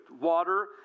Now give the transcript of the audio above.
Water